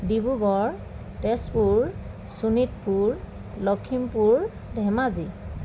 Dibrugarh Tezpur Sonitpur Lakhimpur Dhemaji